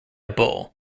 bull